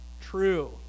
True